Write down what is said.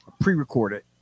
pre-recorded